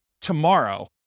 tomorrow